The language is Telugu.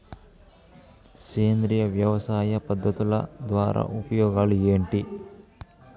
సేంద్రియ వ్యవసాయ పద్ధతుల ద్వారా ఉపయోగాలు ఏంటి?